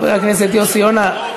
חבר הכנסת יוסי יונה,